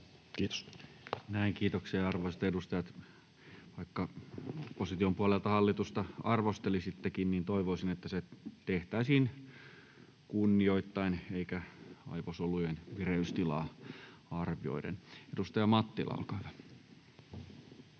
Kiitos. Näin, kiitoksia. — Arvoisat edustajat, vaikka opposition puolelta hallitusta arvostelisittekin, niin toivoisin, että se tehtäisiin kunnioittaen eikä aivosolujen vireystilaa arvioiden. — Edustaja Mattila, olkaa hyvä.